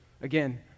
Again